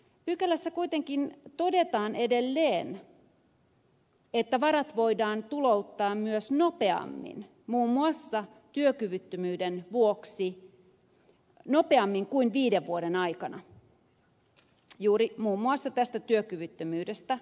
pykälässä kuitenkin todetaan edelleen että varat voidaan tulouttaa myös nopeammin kuin viiden vuoden aikana muun muassa työkyvyttömyyden vuoksi